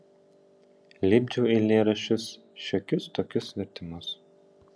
lipdžiau eilėraščius šiokius tokius vertimus